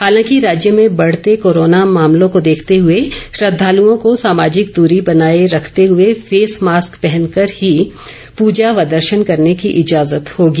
हालांकि राज्य में बढ़ते कोरोना मामलों को देखते हुए श्रद्धालुओं को सामाजिक दूरी बनाए रखते हुए फेस मास्क पहनकर ही पूजा व दर्शन करने की इजाजत होगी